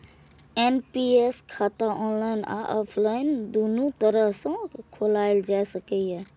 NPS खाता online आ offline, दुनू तरह सं खोलाएल जा सकैए